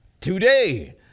today